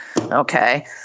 Okay